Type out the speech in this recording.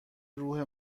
روح